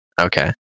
Okay